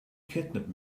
kidnap